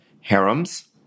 harems